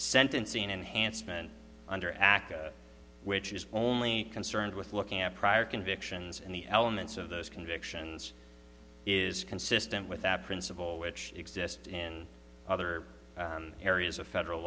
sentencing enhancement under aca which is only concerned with looking at prior convictions and the elements of those convictions is consistent with that principle which exist in other areas of federal